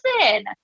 person